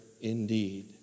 indeed